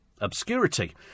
Obscurity